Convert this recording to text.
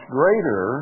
greater